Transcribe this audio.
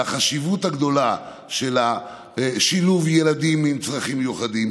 ועל החשיבות הגדולה של שילוב ילדים עם צרכים מיוחדים,